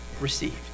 received